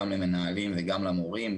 גם למנהלים וגם למורים,